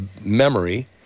memory